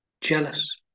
Jealous